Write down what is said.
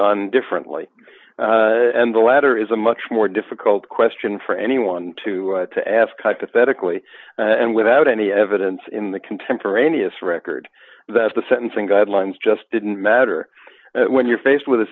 gone differently and the latter is a much more difficult question for anyone to have cut pathetically and without any evidence in the contemporaneous record that the sentencing guidelines just didn't matter when you're faced with a